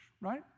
right